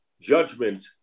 judgment